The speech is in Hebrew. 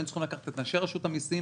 היינו צריכים לקחת את אנשי רשות המסים